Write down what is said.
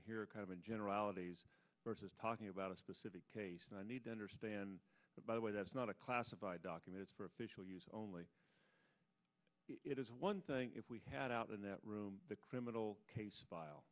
here kind of in generalities versus talking about a specific case and i need to understand that by the way that's not a classified document is for official use only it is one thing if we had out in that room the criminal case file